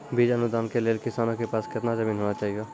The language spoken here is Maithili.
बीज अनुदान के लेल किसानों के पास केतना जमीन होना चहियों?